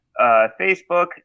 Facebook